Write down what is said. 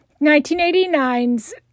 1989's